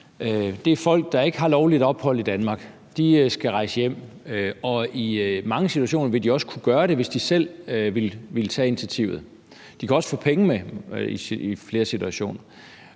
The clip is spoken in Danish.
er folk, der ikke har lovligt ophold i Danmark og skal rejse hjem – og i mange situationer vil de også kunne gøre det, hvis de selv vil tage initiativet, og de kan også få penge med i flere situationer